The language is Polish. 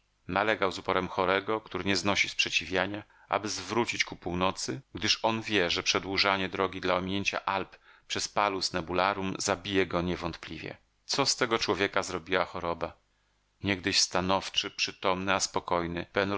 z uporem chorego który nie znosi sprzeciwiania aby zwrócić ku północy gdyż on wie że przedłużanie drogi dla ominięcia alp przez palus nebularum zabije go niewątpliwie co z tego człowieka zrobiła choroba niegdyś stanowczy przytomny a